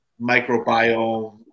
microbiome